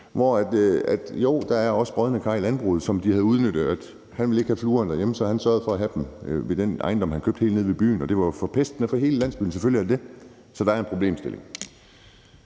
jo, der er også brodne kar i landbruget, som udnytter det. Han ville ikke have fluerne derhjemme, så han sørgede for at have dem ved den ejendom, han købte helt nede ved byen, og det var forpestende for hele landsbyen; selvfølgelig er det det. Så der er en problemstilling,